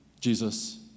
Jesus